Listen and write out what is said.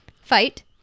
Fight